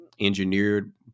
engineered